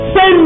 Say